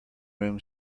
room